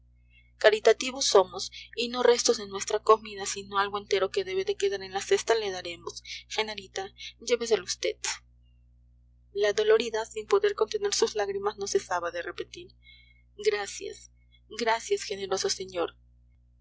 caritativos somos y no restos de nuestra comida sino algo entero que debe de quedar en la cesta le daremos genarita lléveselo vd la dolorida sin poder contener sus lágrimas no cesaba de repetir gracias gracias generoso señor